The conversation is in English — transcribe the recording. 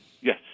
Yes